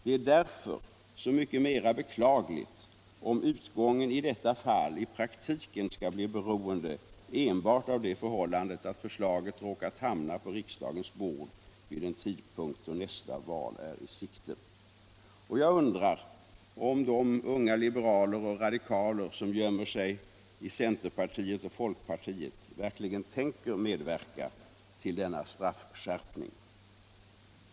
Det är därför så mycket mera beklagligt om utgången i detta fall i praktiken skall bli beroende enbart av det förhållandet att förslaget råkat hamna på riksdagens bord vid en tidpunkt då nästa val är i sikte. Jag undrar därför om de unga liberaler och radikaler som gömmer sig i centerpartiet och folkpartiet verkligen tänker medverka till denna straffskärpning.